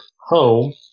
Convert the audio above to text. home